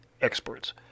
experts